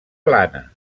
plana